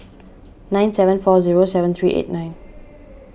nine seven four zero seven three eight nine